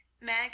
Meg